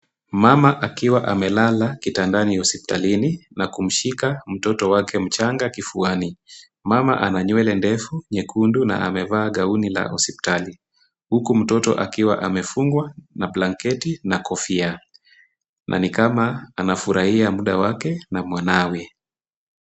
Mama akiwa amelala kitandani hospitalini na kumshika mtoto wake mchanga kifuani. Mama ana nywele ndefu nyekundu, na amevaa gauni la hospitali huku mtoto akiwa amefungwa na blanketi na kofia, na ni kama anafurahia muda wake na mwanawe.